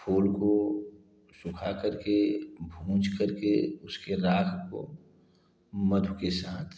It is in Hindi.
फूल को सूखा करके भूँज करके उसके राख को मधु के साथ